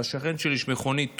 לשכן שיש לו מכונית טובה,